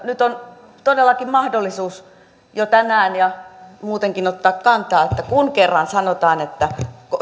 nyt on todellakin mahdollisuus jo tänään ja muutenkin ottaa kantaa kun kerran sanotaan että